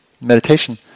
meditation